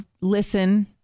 listen